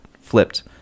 flipped